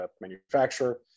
manufacturer